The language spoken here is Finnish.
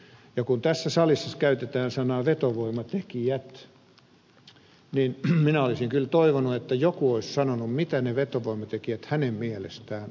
ja kun tässä salissa käytetään sanaa vetovoimatekijät niin minä olisin kyllä toivonut että joku olisi sanonut mitä ne vetovoimatekijät hänen mielestään ovat